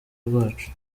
rwacu